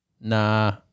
nah